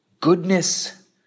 goodness